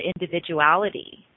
individuality